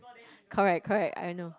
correct correct I know